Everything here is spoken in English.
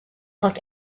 looked